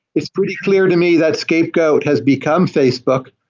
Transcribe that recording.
it's pretty clear to me that scapegoat has become facebook.